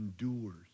endures